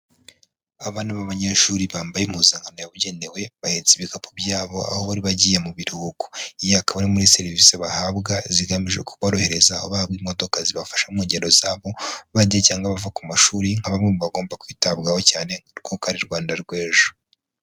Abana b'abanyeshuri bambaye impuzankano yabugenewe, bahetse ibikapu byabo aho bari bagiye mu biruhuko, iyi akaba ari imwe muri serivisi bahabwa zigamije kuborohereza, aho bahabwa imodoka zibafasha mu ngendo zabo, bajya cyangwa bava ku mashuri nk'abamwe mu bagomba kwitabwaho cyane kuko ari bo Rwanda rw'ejo.